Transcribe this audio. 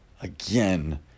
again